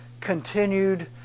continued